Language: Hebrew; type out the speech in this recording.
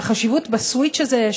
החשיבות בסוויץ' הזה,